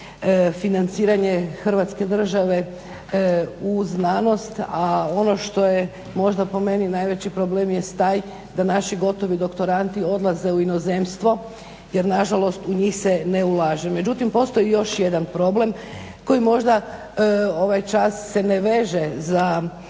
financiranje Hrvatske države u znanost, a ono što je možda po meni najveći problem jest taj da naši gotovi doktoranti odlaze u inozemstvo jer na žalost u njih se ne ulaže. Međutim, postoji još jedan problem koji možda ovaj čas se ne veže za